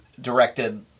directed